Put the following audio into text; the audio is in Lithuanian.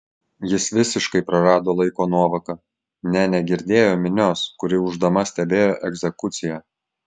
jis visiškai prarado laiko nuovoką nė negirdėjo minios kuri ūždama stebėjo egzekuciją